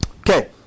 Okay